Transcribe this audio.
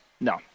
No